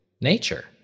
nature